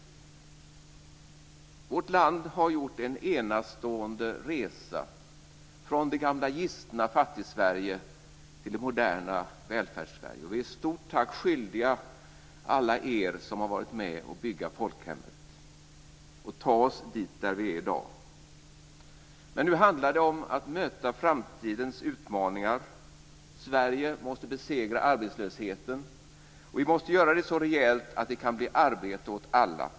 Vårt land har gjort en enastående resa från det gamla gistna Fattigsverige till det moderna Välfärdssverige, och vi är ett stort tack skyldiga alla er som har varit med och byggt folkhemmet och tagit oss dit där vi är i dag. Men nu handlar det om att möta framtidens utmaningar. Sverige måste besegra arbetslösheten, och vi måste göra det så rejält att det kan bli arbete åt alla.